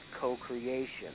co-creation